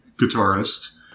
guitarist